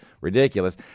ridiculous